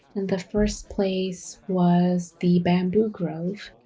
and the first place was the bamboo grove.